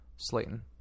Slayton